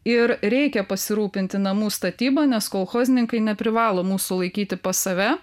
ir reikia pasirūpinti namų statyba nes kolchozninkai neprivalo mūsų laikyti pas save